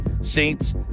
Saints